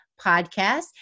podcast